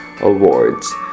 Awards